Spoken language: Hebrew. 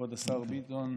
כבוד השר ביטון,